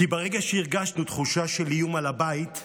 כי ברגע שהרגשנו תחושה של איום על הבית,